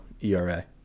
ERA